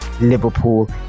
Liverpool